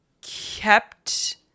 kept